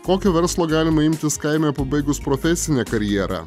kokio verslo galima imtis kaime pabaigus profesinę karjerą